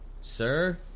Sir